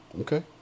Okay